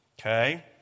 Okay